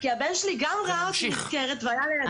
תודה לך.